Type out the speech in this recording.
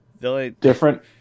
different